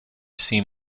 seem